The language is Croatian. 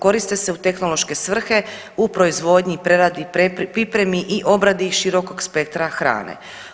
Koriste se u tehnološke svrhe, u proizvodnji, preradi, pripremi i obradi širokog spektra hrane.